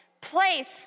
place